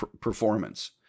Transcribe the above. performance